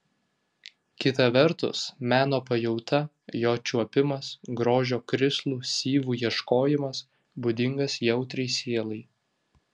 kita vertus meno pajauta jo čiuopimas grožio krislų syvų ieškojimas būdingas jautriai sielai